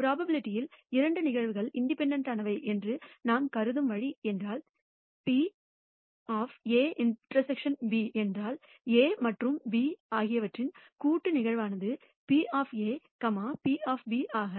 நிகழ்தகவில் இரண்டு நிகழ்வுகள் இண்டிபெண்டெண்ட்டானவை என்று நாம் கருதும் வழி என்றால் PA∩B என்றால் A மற்றும் B ஆகியவற்றின் கூட்டு நிகழ்வானது P P ஆக